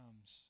comes